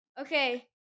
okay